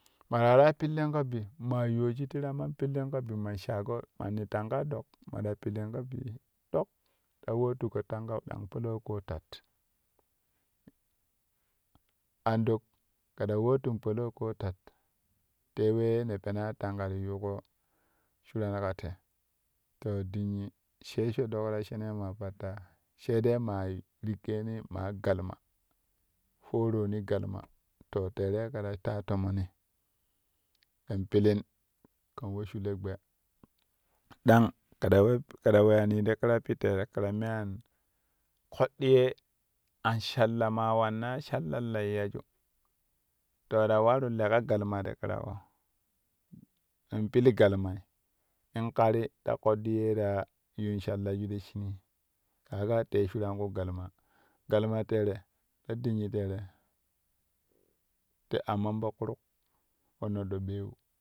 Ma ta waraa pilin ka bi maa yuwoju tira man pilin ka bi man shago manni tangai ɗok ma ta pilin ka bi ɗok ta wootugo tanga dang palau koo tat anɗok ke ta wootin palau ƙoo tat te wee ne peraa tanga fi yuuƙo shirau ka te, to dinnyi she sho ɗok ti ta shene ma pattaa sai dai ma rikeni maa galma fovoni galma to tere kɛ ta taa tomoni kɛn pilin kɛn we sule gbe dan ke ti we kɛ ta weyani ti ƙira pitte ti kira me an koɗɗi ye an sallah maa wanna salla laiyaju to ta waru leƙa galma ti ƙiraƙo in pil galmai in ƙari ta ƙɗɗi ye ta yuun ɓallaju ta shinii ka ga tee shuran ƙu galma, galma tere ta dinnyi tere ti ammon po ƙuru po noɗɗo bweeu.